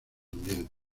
ambientes